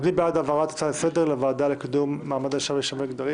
מי בעד העברת ההצעה לסדר לוועדה לקידום מעמד האישה ושוויון מגדרי?